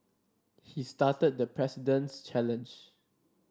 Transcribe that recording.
he started the President's challenge